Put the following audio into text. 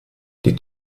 die